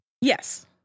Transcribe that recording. yes